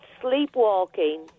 sleepwalking